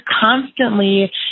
constantly